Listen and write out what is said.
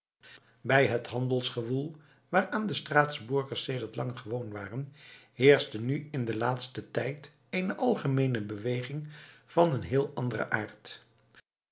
bij het handelsgewoel waaraan de straatsburgers sedert lang gewoon waren heerschte nu in den laatsten tijd eene algemeene beweging van heel anderen aard